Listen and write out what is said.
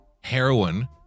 heroin